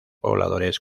pobladores